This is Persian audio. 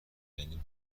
یعنی